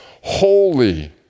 holy